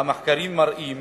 המחקרים מראים